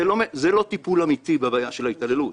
זה לא טיפול אמיתי בבעיה של ההתעללות.